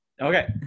Okay